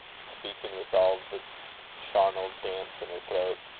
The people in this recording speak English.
speaking with all the charnel damps in her throat,